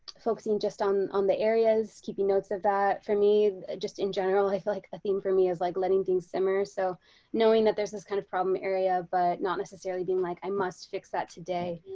focusing just on on the areas keeping notes of that for me just in general i feel like the theme for me is like letting things simmer so knowing that there's this kind of problem area but not necessarily being like i must fix that today.